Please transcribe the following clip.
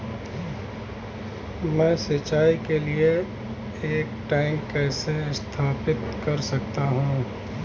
मैं सिंचाई के लिए एक टैंक कैसे स्थापित कर सकता हूँ?